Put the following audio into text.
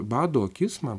bado akis man